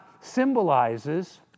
symbolizes